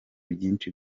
byinshi